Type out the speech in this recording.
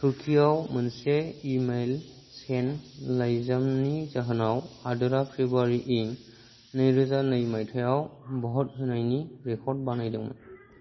तुर्कीआव मोनसे ई मैल सेन्त लाइजामनि जाहोनाव हादोरा फेब्रुवारि इं नैरोजा नै मायथाइयाव भट होनायनि रेकर्ड बानायदोंमोन